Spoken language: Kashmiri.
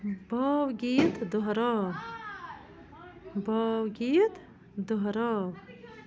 بھاوگیٖت دۄہراو بھاوگیٖت دۄہراو